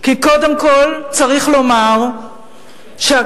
כי קודם כול צריך לומר שהכנסת,